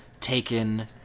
taken